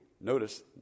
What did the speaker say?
Notice